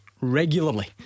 Regularly